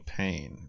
pain